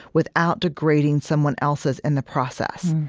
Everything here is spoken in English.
without degrading someone else's in the process.